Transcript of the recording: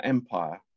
Empire